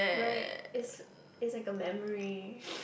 right is is like a memory